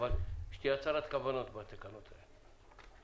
אבל שתהיה הצהרת כוונות בתקנות האלה.